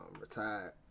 retired